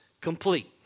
complete